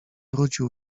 wrócił